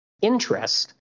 interest